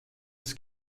des